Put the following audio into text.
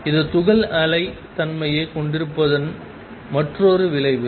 இது துகள் அலை தன்மையைக் கொண்டிருப்பதன் மற்றொரு விளைவு